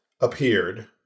appeared